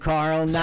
Carl